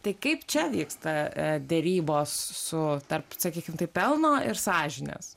tai kaip čia vyksta derybos su tarp sakykim taip pelno ir sąžinės